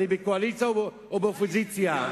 אני בקואליציה או באופוזיציה.